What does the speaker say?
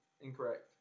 Incorrect